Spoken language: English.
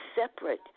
separate